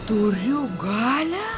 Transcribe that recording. turiu galią